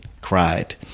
cried